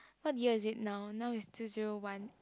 what year is it now now is two zero one